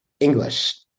English